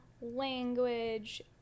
language